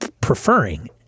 preferring